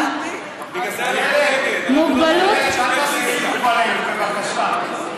איילת, אל תעשי עלינו סיבוב, בבקשה.